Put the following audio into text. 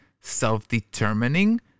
Self-determining